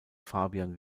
fabian